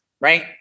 right